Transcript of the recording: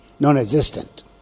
non-existent